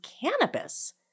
cannabis